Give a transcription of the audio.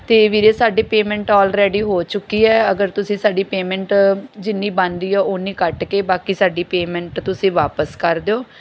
ਅਤੇ ਵੀਰੇ ਸਾਡੀ ਪੇਮੈਂਟ ਆਲਰੈਡੀ ਹੋ ਚੁੱਕੀ ਹੈ ਅਗਰ ਤੁਸੀਂ ਸਾਡੀ ਪੇਮੈਂਟ ਜਿੰਨੀ ਬਣਦੀ ਆ ਓਨੀ ਕੱਟ ਕੇ ਬਾਕੀ ਸਾਡੀ ਪੇਮੈਂਟ ਤੁਸੀਂ ਵਾਪਸ ਕਰ ਦਿਓ